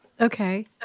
Okay